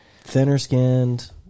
Thinner-skinned